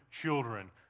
children